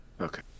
Okay